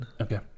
Okay